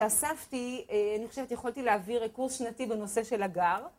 אספתי, אני חושבת יכולתי להעביר קורס שנתי בנושא של הגר.